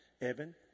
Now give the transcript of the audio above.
Evan